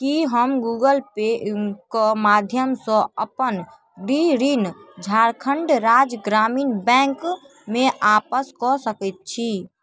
की हम Google Pay कऽ माध्यमसँ अपन गृह ऋण झारखण्ड राज्य ग्रामीण बैंकमे आपस कऽ सकैत छी